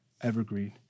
evergreen